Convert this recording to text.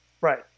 Right